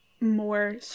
more